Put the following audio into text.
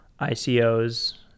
ICOs